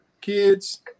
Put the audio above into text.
kids